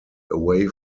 away